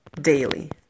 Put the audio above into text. daily